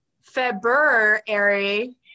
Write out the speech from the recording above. February